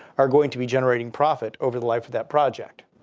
are going to be generating profit over the life of that project.